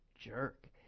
jerk